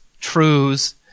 truths